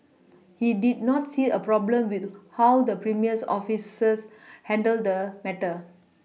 he did not see a problem with how the premier's officers handled the matter